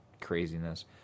craziness